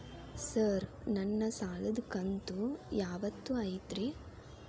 Sir ನನ್ನ ಸಾಲದ ಕಂತು ಯಾವತ್ತೂ ಐತ್ರಿ?